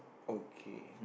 okay